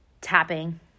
Tapping